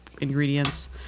ingredients